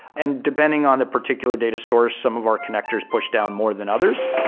and depending on the particular data source, some of our connectors push down more than others.